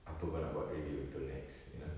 apa kau nak buat ready untuk next you know